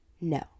No